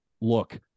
look